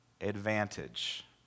advantage